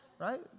right